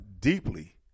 deeply